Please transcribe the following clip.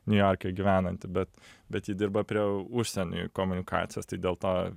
niujorke gyvenanti bet bet ji dirba prie užsieniui komunikacijos tai dėl to